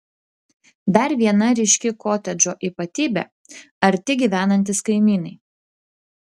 dar viena ryški kotedžo ypatybė arti gyvenantys kaimynai